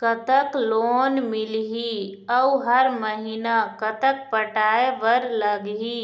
कतक लोन मिलही अऊ हर महीना कतक पटाए बर लगही,